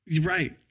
right